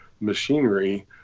machinery